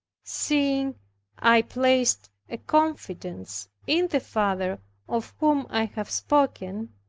seeing i placed a confidence in the father of whom i have spoken,